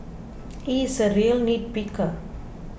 he is a real nitpicker